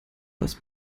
was